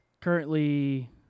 currently